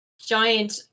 giant